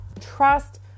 Trust